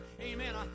amen